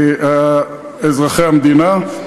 מאזרחי המדינה.